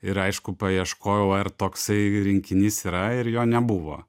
ir aišku paieškojau ar toksai rinkinys yra ir jo nebuvo